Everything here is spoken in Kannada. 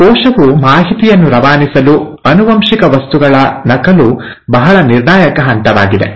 ಕೋಶವು ಮಾಹಿತಿಯನ್ನು ರವಾನಿಸಲು ಆನುವಂಶಿಕ ವಸ್ತುಗಳ ನಕಲು ಬಹಳ ನಿರ್ಣಾಯಕ ಹಂತವಾಗಿದೆ